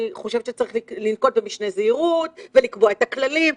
אני חושבת שצריך לנקוט במשנה זהירות ולקבוע את הכללים,